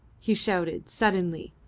he shouted, suddenly,